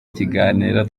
ikiganiro